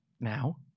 now